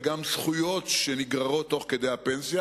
וגם זכויות שנגררות תוך כדי הפנסיה,